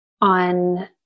on